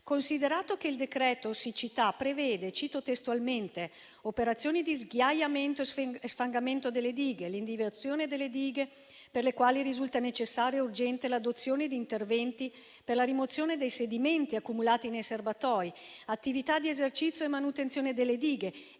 Considerato che il decreto siccità prevede, cito testualmente, «operazioni di sghiaiamento e sfangamento delle dighe», «individuazione delle dighe per le quali risulta necessaria e urgente l'adozione di interventi per la rimozione dei sedimenti accumulati nei serbatoi», «attività di esercizio e manutenzione delle dighe»